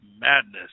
Madness